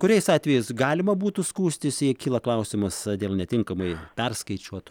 kuriais atvejais galima būtų skųstis jei kyla klausimas dėl netinkamai perskaičiuot